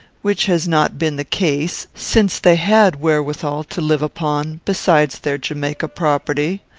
which has not been the case, since they had wherewithal to live upon besides their jamaica property.